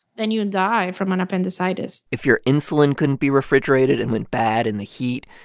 then you and die from an appendicitis if your insulin couldn't be refrigerated and went bad in the heat,